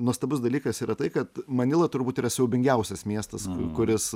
nuostabus dalykas yra tai kad manila turbūt yra siaubingiausias miestas kuris